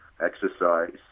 exercise